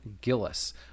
Gillis